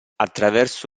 attraverso